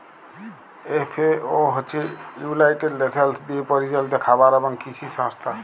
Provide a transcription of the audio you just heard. FAO হছে United Nations দিয়ে পরিচালিত খাবার এবং কিসি সংস্থা